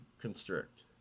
constrict